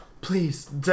Please